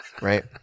right